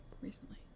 recently